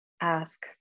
ask